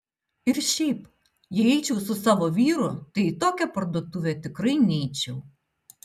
ir šiaip jei eičiau su savo vyru tai į tokią parduotuvę tikrai neičiau